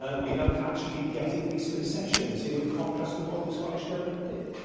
ah without actually getting these concessions, you know in contrast to what the scottish government did?